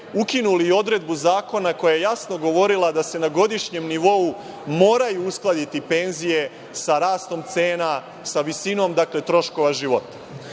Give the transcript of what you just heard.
ukinuli i odredbu zakona koja je jasno govorila da se na godišnjem nivou moraju uskladiti penzije sa rastom cena, sa visinom troškova života.